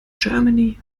germany